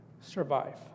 survive